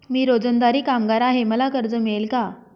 मी रोजंदारी कामगार आहे मला कर्ज मिळेल का?